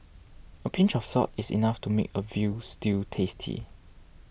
a pinch of salt is enough to make a Veal Stew tasty